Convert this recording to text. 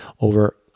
over